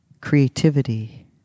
Creativity